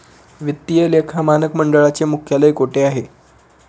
वित्तीय लेखा मानक मंडळाचे मुख्यालय कोठे आहे?